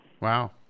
Wow